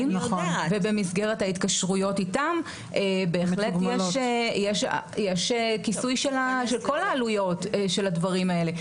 ובמסגרת ההתקשרויות איתם בהחלט יש כיסוי של כל העלויות כל שהדברים האלה.